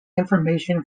information